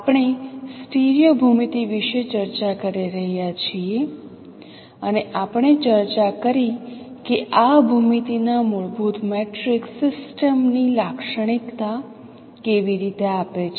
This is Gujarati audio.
આપણે સ્ટીરિયો ભૂમિતિ વિશે ચર્ચા કરી રહ્યા છીએ અને આપણે ચર્ચા કરી કે આ ભૂમિતિ ના મૂળભૂત મેટ્રિક્સ સિસ્ટમ ની લાક્ષણિકતા કેવી રીતે આપે છે